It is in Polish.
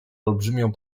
olbrzymią